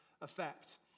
effect